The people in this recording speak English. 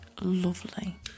lovely